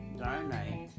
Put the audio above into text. donate